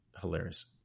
hilarious